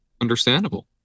Understandable